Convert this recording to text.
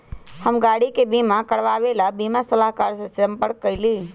हम गाड़ी के बीमा करवावे ला बीमा सलाहकर से संपर्क कइली